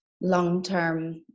long-term